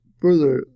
further